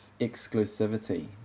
exclusivity